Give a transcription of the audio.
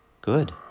good